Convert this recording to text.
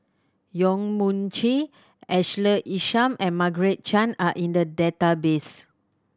Yong Mun Chee Ashley Isham and Margaret Chan are in the database